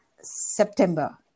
September